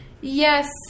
Yes